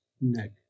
neck